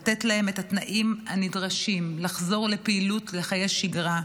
לתת להם את התנאים הנדרשים כדי לחזור לפעילות ולחיי שגרה,